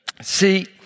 See